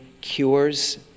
cures